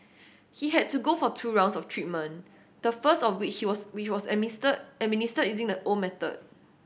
he had to go for two rounds of treatment the first of which was which was a mister administered using the old method